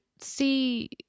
see